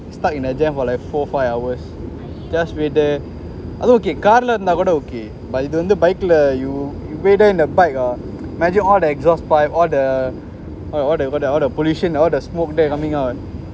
stuck in a jam for like four five hours just wait there அது:athu okay car lah இருந்தா கூட:iruntha kuda okay but இது வந்து:ithu vanthu bike lah you you wait there with your bike ah imagine all the exhaust pipe all the all the all the pollution all the smoke there coming out